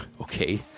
okay